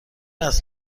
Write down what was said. است